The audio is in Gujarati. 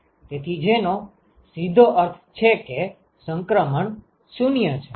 તેથી જેનો સીધો અર્થ છે કે સંક્રમણ 0 છે